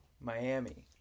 Miami